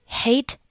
hate